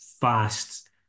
fast